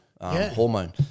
hormone